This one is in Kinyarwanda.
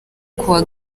kuwa